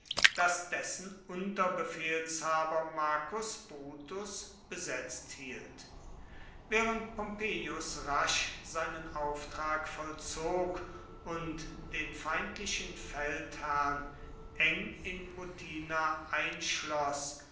das dessen unterbefehlshaber marcus brutus besetzt hielt während pompeius rasch seinen auftrag vollzog und den feindlichen feldherrn eng in mutina